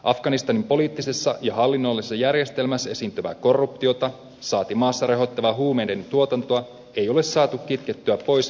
afganistanin poliittisessa ja hallinnollisessa järjestelmässä esiintyvää korruptiota saati maassa rehottavaa huumeiden tuotantoa ei ole saatu kitkettyä pois tavoitteesta huolimatta